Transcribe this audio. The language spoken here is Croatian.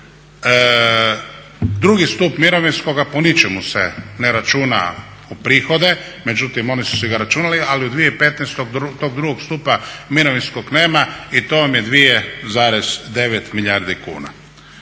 drugi stup mirovinskoga po ničemu se ne računa u prihode, međutim oni su si ga računali ali u 2015. tog drugog stupa mirovinskog nema i to vam je 2,9 milijardi kuna.